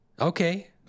Okay